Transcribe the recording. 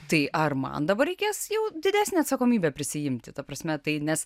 tai ar man dabar reikės jau didesnę atsakomybę prisiimti ta prasme tai nes